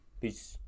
Peace